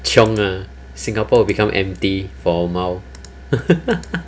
chiong ah singapore will become empty for awhile